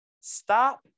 Stop